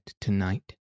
tonight